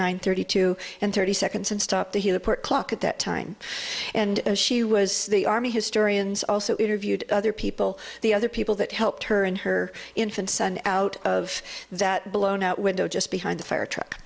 nine thirty two and thirty seconds and stopped the heliport clock at that time and as she was the army historians also interviewed other people the other people that helped her and her infant son out of that blown out window just behind the fire truck